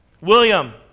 William